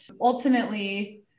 Ultimately